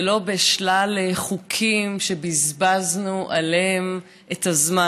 ולא בשלל חוקים שבזבזנו עליהם את הזמן,